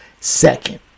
second